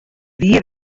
wie